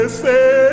say